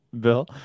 bill